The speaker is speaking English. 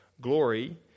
glory